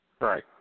Right